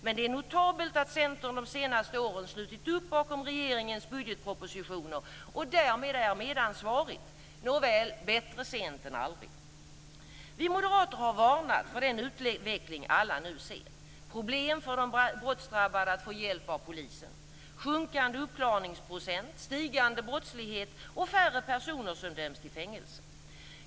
Men det är notabelt att Centern de senaste åren slutit upp bakom regeringens budgetpropositioner och därmed är medansvarigt. Nåväl, bättre sent än aldrig. Vi moderater har varnat för den utveckling som vi alla nu ser: problem för de brottsdrabbade att få hjälp av polisen, sjunkande uppklarningsprocent, stigande brottslighet och färre personer som döms till fängelse.